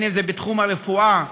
אם בתחום הרפואה,